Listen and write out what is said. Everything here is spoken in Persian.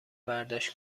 برداشت